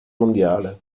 mondiale